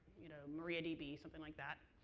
you know maria db. something like that.